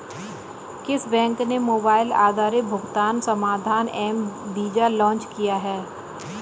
किस बैंक ने मोबाइल आधारित भुगतान समाधान एम वीज़ा लॉन्च किया है?